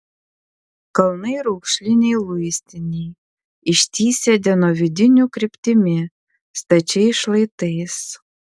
kalnai raukšliniai luistiniai ištįsę dienovidinių kryptimi stačiais šlaitais